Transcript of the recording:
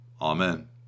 Amen